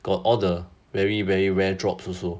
got all the very very rare drops also